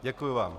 Děkuji vám.